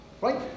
right